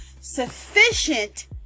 sufficient